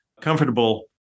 comfortable